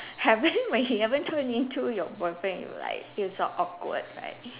having when he haven't turn into your boyfriend you would like feel so awkward like